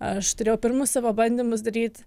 aš turėjau pirmus savo bandymus daryt